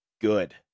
good